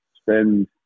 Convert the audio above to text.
Spend